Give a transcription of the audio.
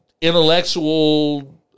intellectual